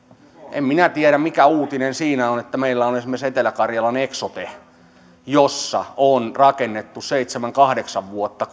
en minä tiedä mikä uutinen siinä on että meillä on esimerkiksi etelä karjalan eksote jossa on rakennettu seitsemän viiva kahdeksan vuotta